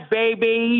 baby